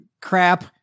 crap